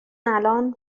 الان